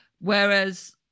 whereas